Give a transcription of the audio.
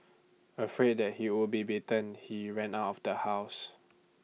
afraid that he would be beaten he ran out of the house